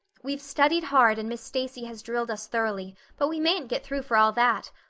we've studied hard and miss stacy has drilled us thoroughly, but we mayn't get through for all that.